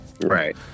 Right